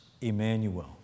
Emmanuel